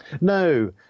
No